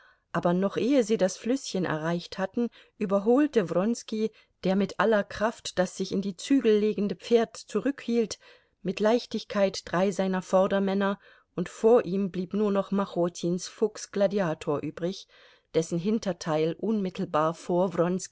aber noch ehe sie das flüßchen erreicht hatten überholte wronski der mit aller kraft das sich in die zügel legende pferd zurückhielt mit leichtigkeit drei seiner vordermänner und vor ihm blieb nur noch machotins fuchs gladiator übrig dessen hinterteil unmittelbar vor